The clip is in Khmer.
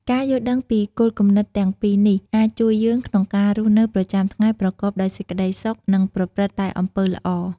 ការយល់ដឹងពីគោលគំនិតទាំងពីរនេះ អាចជួយយើងក្នុងការរស់នៅប្រចាំថ្ងៃប្រកបដោយសេចក្តីសុខ និងប្រព្រឹត្តតែអំពើល្អ។